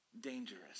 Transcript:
dangerous